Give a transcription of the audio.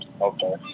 Okay